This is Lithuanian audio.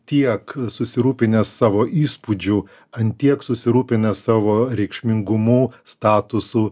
tiek susirūpinęs savo įspūdžiu ant tiek susirūpinęs savo reikšmingumu statusu